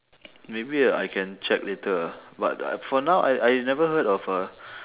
maybe I can check later ah but for now I I never heard of a